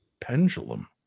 pendulum